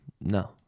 No